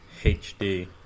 HD